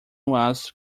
was